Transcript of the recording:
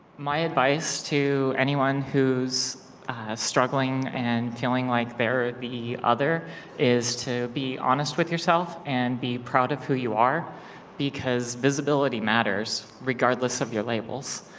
my advice to anyone who's struggling and feeling like they're the other is to be honest with yourself and be proud of who you are because visibility matters regardless of your labels.